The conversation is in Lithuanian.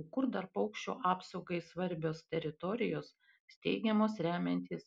o kur dar paukščių apsaugai svarbios teritorijos steigiamos remiantis